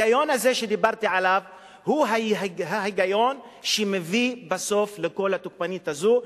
ההיגיון הזה שדיברתי עליו הוא ההיגיון שמביא בסוף לכל התוקפנות הזאת,